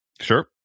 Sure